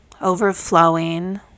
overflowing